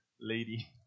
lady